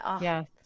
Yes